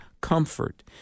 comfort